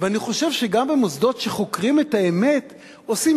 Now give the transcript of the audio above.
ואני חושב שגם במוסדות שחוקרים את האמת עושים